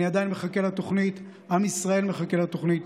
אני עדיין מחכה לתוכנית, עם ישראל מחכה לתוכנית.